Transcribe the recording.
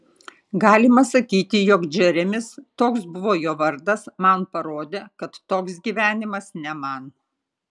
galima sakyti jog džeremis toks buvo jo vardas man parodė kad toks gyvenimas ne man